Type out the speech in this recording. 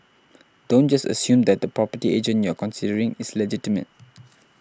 don't just assume that the property agent you're considering is legitimate